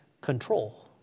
control